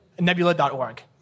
Nebula.org